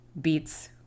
beats